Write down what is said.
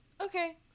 Okay